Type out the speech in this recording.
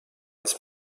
ins